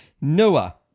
Noah